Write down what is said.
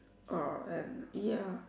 uh and ya